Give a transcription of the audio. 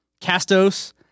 Castos